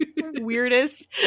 Weirdest